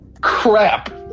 Crap